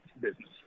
business